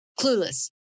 Clueless